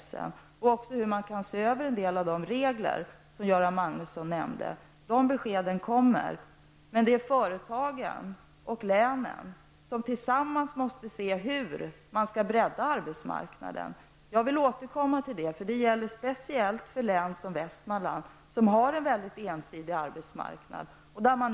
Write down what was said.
Förslagen kommer också att handla om hur man kan se över en del av de regler som Göran Magnusson nämnde. Besked härom kommer att ges. Men det är företagen och länen som tillsammans måste se hur arbetsmarknaden skall breddas. Jag återkommer till dessa saker. Västmanlands län är ju ett län där arbetsmarknaden är mycket ensidig.